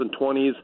20s